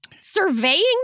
surveying